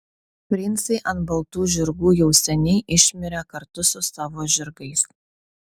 princai ant baltų žirgų jau seniai išmirė kartu su savo žirgais